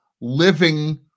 living